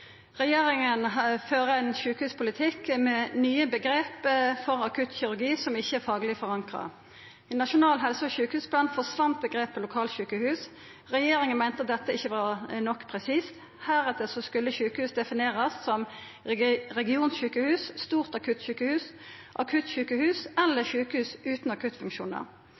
Regjeringa fører ein sjukehuspolitikk med nye omgrep for akuttkirurgi som ikkje er fagleg forankra. I Nasjonal helse- og sjukehusplan forsvann omgrepet «lokalsjukehus». Regjeringa meinte at dette ikkje var presist nok. Heretter skulle sjukehus definerast som «regionsjukehus», «stort akuttsjukehus», «akuttsjukehus» eller «sjukehus utan akuttfunksjonar».